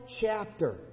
chapter